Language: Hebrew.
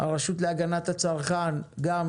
הרשות להגנת הצרכן גם,